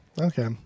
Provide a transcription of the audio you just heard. Okay